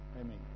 Amen